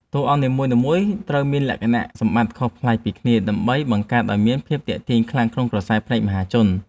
តួអង្គនីមួយៗត្រូវមានលក្ខណៈសម្បត្តិខុសប្លែកពីគ្នាដើម្បីបង្កើតឱ្យមានភាពទាក់ទាញខ្លាំងក្នុងក្រសែភ្នែកមហាជន។